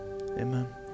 Amen